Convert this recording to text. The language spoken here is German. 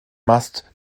mast